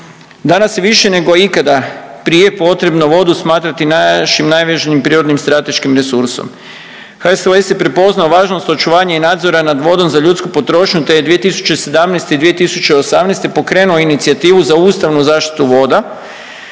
Danas je više nego ikada prije potrebno vodu smatrati našim najvažnijim prirodnim strateškim resursom. HSLS je prepoznao važnost očuvanje i nadzora nad vodom za ljudsku potrošnju te je 2017. i 2018. pokrenuo inicijativu za ustavnu zaštitu voda.